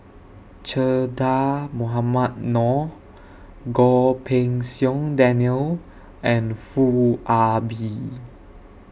Che Dah Mohamed Noor Goh Pei Siong Daniel and Foo Ah Bee